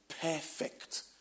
perfect